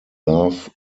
love